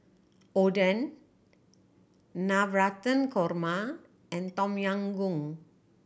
Oden Navratan Korma and Tom Yam Goong